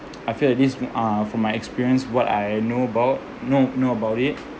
I feel that this uh from my experience what I know about know know about it